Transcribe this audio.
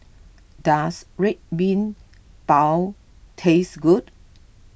does Red Bean Bao taste good